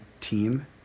team